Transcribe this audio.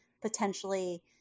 potentially